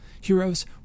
Heroes